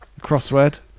Crossword